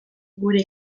gure